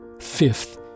Fifth